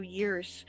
years